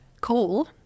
coal